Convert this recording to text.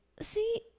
see